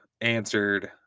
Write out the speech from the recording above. answered